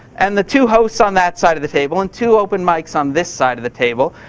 and the two hosts on that side of the table and two open mics on this side of the table.